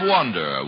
Wonder